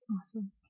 Awesome